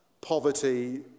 poverty